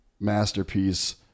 Masterpiece